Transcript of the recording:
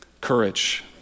courage